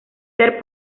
ser